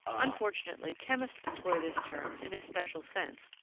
unfortunately, chemists employ this term in a special sense,